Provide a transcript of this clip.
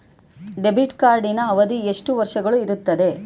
Debit ಕಾರ್ಡಿನ ಅವಧಿ ಎಷ್ಟು ವರ್ಷಗಳು ಇರುತ್ತದೆ?